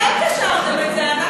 אתם קשרתם את זה.